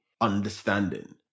understanding